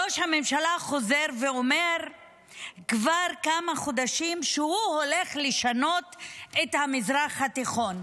ראש הממשלה חוזר ואומר כבר כמה חודשים שהוא הולך לשנות את המזרח התיכון.